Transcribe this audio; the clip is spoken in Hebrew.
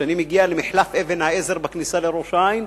כשאני מגיע למחלף אבן-העזר בכניסה לראש-העין,